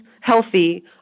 healthy